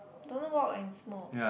don't walk and smoke